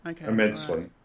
Immensely